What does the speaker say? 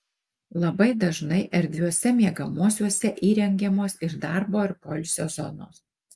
labai dažnai erdviuose miegamuosiuose įrengiamos ir darbo ar poilsio zonos